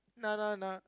nah nah nah